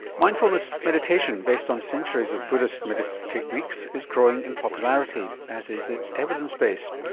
mindfulness meditation based on centuries of buddhist meditative techniques is growing in popularity as is its evidence base.